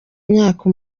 imyaka